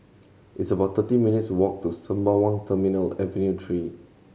it's about thirty minutes' walk to Sembawang Terminal Avenue Three